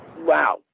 wow